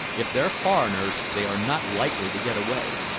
if they're foreigners, they are not likely to get away.